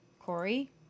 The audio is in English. Corey